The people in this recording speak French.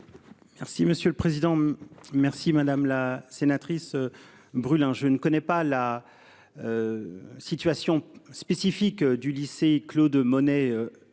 Merci monsieur le président. Merci madame la sénatrice. Brûle hein. Je ne connais pas la. Situation spécifique du lycée Claude Monet